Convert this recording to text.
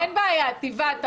אין בעיה, תבעט.